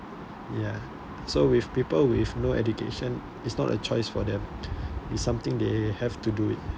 ya so with people with no education is not a choice for them it's something they have to do it